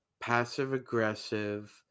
passive-aggressive